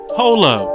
holo